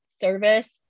service